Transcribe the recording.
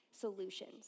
solutions